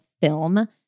film